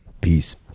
peace